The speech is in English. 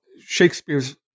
Shakespeare's